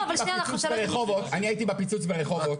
אני הייתי בפיצוץ ברחובות,